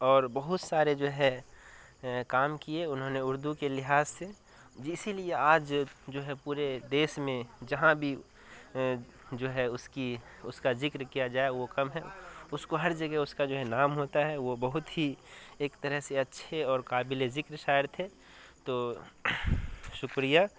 اور بہت سارے جو ہے کام کیے انہوں نے اردو کے لحاظ سے جی اسی لیے آج جو ہے پورے دیش میں جہاں بھی جو ہے اس کی اس کا ذکر کیا جائے وہ کم ہے اس کو ہر جگہ اس کا جو ہے نام ہوتا ہے وہ بہت ہی ایک طرح سے اچھے اور قابل ذکر شاعر تھے تو شکریہ